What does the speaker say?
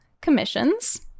commissions